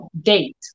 date